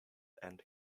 end